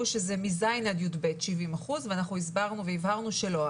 שזה מ-ז' עד י"ב 70% ואנחנו הסברנו והבהרנו שלא,